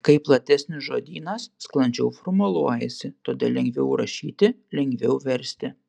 kai platesnis žodynas sklandžiau formuluojasi todėl lengviau rašyti lengviau versti